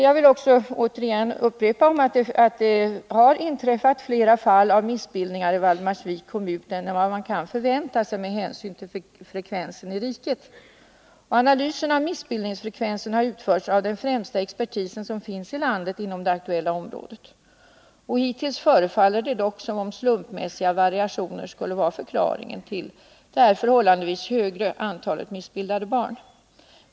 Jag vill också upprepa att det har inträffat flera fall av missbildningar i Valdemarsviks kommun än vad man kunde förvänta sig med hänsyn till frekvensen i riket. Analysen av missbildningsfrekvensen har utförts av den främsta expertisen som finns i landet inom det aktuella området. Hittills förefaller det dock som om slumpmässiga variationer skulle vara förklaringen till det förhållandevis högre antalet missbildade barn.